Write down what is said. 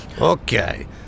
Okay